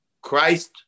Christ